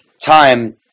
time